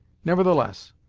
nevertheless,